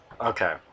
okay